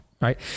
right